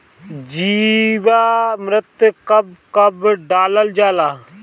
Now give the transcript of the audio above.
जीवामृत कब कब डालल जाला?